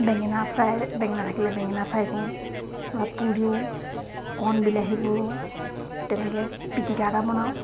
বেঙেনা ফ্ৰাই বেঙেনা থাকিলে বেঙেনা ফ্ৰাই কৰোঁ বা পুৰোঁ কণ বিলাহী পুৰোঁ তেনেকৈ পিতিকা এটা বনাওঁ